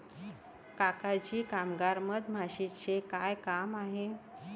काका जी कामगार मधमाशीचे काय काम आहे